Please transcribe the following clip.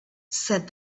said